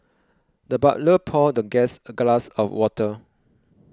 the butler poured the guest a glass of water